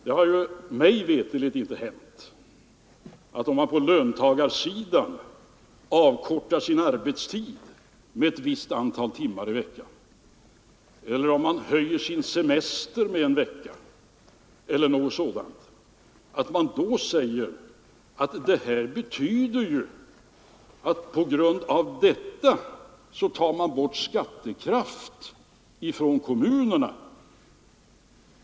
Det har mig veterligt inte hänt att någon, om man på löntagarsidan avkortar sin arbetstid med ett visst antal timmar i veckan, förlänger sin semester med en vecka eller något sådant, har sagt: ”Det här betyder ju att det tas bort skattekraft från kommunerna.